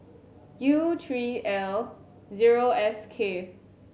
U three L zero S K